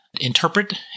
interpret